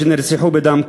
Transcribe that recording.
שנרצחו בדם קר.